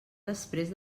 després